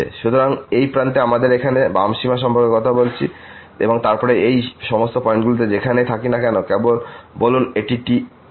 সুতরাং এই প্রান্তে আমরা এখানে বাম সীমা সম্পর্কে কথা বলছি এবং তারপরে এই সমস্ত পয়েন্টগুলিতে যেখানেই থাকি না কেন বলুন এটি tj